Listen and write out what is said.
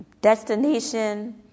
destination